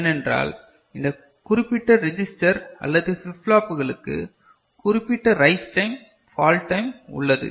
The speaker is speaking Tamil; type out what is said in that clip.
ஏனென்றால் இந்த குறிப்பிட்ட ரெஜிஸ்டர் அல்லது flip flopகளுக்கு குறிப்பிட்ட ரைஸ் டைம் பால் டைம் உள்ளது